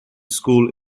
school